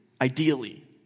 ideally